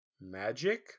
Magic